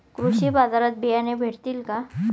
कृषी बाजारात बियाणे भेटतील का?